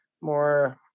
more